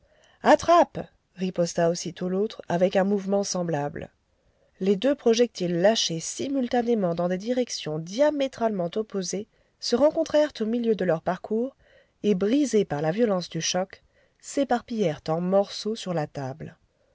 attrape riposta aussitôt l'autre avec un mouvement semblable les deux projectiles lâchés simultanément dans des directions diamétralement opposées se rencontrèrent au milieu de leur parcours et brisés par la violence du choc s'éparpillèrent en morceaux sur la table